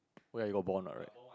wait are you got bond or right